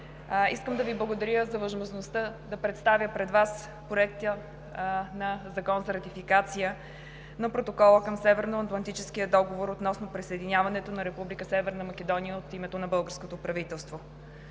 Искам да Ви благодаря за възможността да представя пред Вас Законопроекта за ратифициране на Протокола към Северноатлантическия договор относно присъединяването на Република Северна Македония от името на българското правителство.